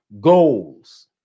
goals